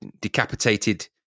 decapitated